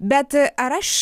bet ar aš